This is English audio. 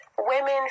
women